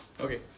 Okay